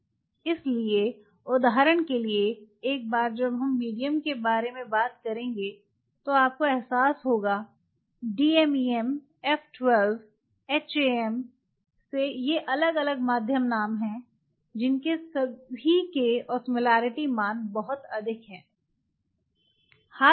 इसलिए उदाहरण के लिए एक बार जब हम मीडियम के बारे में बात करेंगे तो आपको एहसास होगा DMEM F12 HAM ये अलग अलग माध्यम नाम हैं जिनके सभी के ओस्मोलॉरिटी मान बहुत अधिक हैं